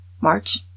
March